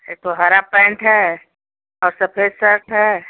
एक तो हरा पैंट है और सफ़ेद शर्ट है